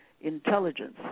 intelligence